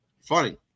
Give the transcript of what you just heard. funny